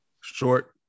short